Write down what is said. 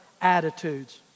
attitudes